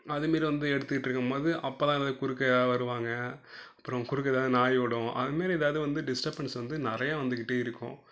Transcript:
அதுமாரி வந்து எடுத்துக்கிட்டிருக்கும்போது அப்போ தான் யாராவது குறுக்க வருவாங்க அப்புறம் குறுக்க ஏதாவது நாய் ஓடும் அதுமாரி ஏதாவது வந்து டிஸ்டபன்ஸ் வந்து நிறைய வந்துக்கிட்டே இருக்கும்